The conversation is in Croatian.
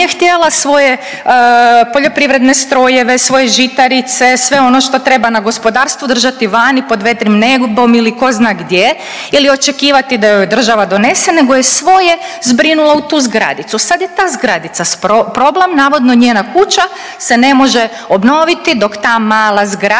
htjela svoje poljoprivredne strojeve, svoje žitarice, sve ono što treba na gospodarstvu držati vani pod vedrim nebom ili ko zna gdje ili očekivati da joj država donese nego je svoje zbrinula u tu zgradicu, sad je ta zgradica problem, navodno njena kuća se ne može obnoviti dok ta mala zgradica